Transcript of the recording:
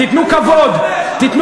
תיתנו כבוד.